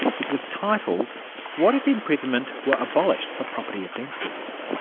it was titled what if imprisonment were abolished for property offences?